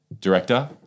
director